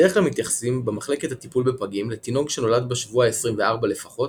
בדרך כלל מתייחסים במחלקת הטיפול בפגים לתינוק שנולד בשבוע ה-24 לפחות,